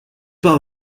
pas